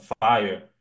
fire